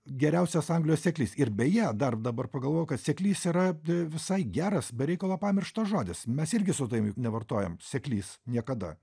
geriausias anglijos seklys ir beje dar dabar pagalvojau kad seklys yra visai geras be reikalo pamirštas žodis mes irgi su tavim nevartojam seklys niekada